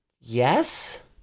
yes